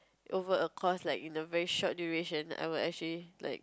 over a course like in a very short duration I will actually like